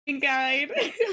guide